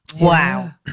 Wow